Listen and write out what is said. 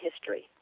history